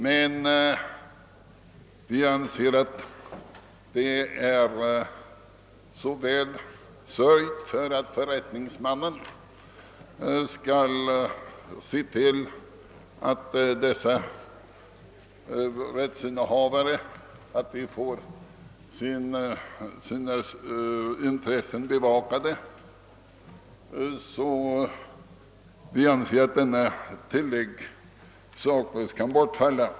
Men vi anser att det är så väl sörjt för att förrättningsmannen skall se till att dessa rättsinnehavare får sina intressen beaktade, att detta tillägg saklöst kan bortfalla.